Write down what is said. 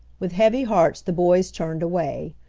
with heavy hearts the boys turned away.